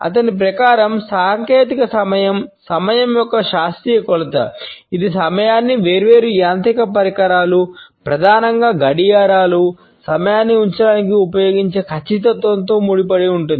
అతని ప్రకారం సాంకేతిక సమయం సమయం యొక్క శాస్త్రీయ కొలత ఇది సమయాన్ని వేర్వేరు యాంత్రిక పరికరాలు ప్రధానంగా గడియారాలు సమయాన్ని ఉంచడానికి ఉపయోగించే ఖచ్చితత్వంతో ముడిపడి ఉంటుంది